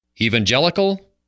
Evangelical